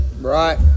Right